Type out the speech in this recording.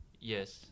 Yes